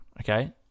okay